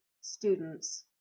students